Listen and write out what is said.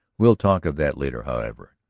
we'll talk of that later, however.